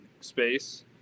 space